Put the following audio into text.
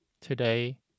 Today